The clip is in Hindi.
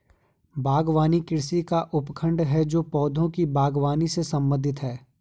बागवानी कृषि का उपखंड है जो पौधों की बागवानी से संबंधित है